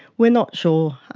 we're not sure.